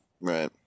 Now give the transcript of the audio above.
Right